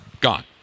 Gone